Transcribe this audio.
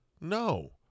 No